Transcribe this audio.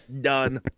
Done